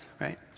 Right